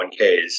401ks